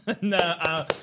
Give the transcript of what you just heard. no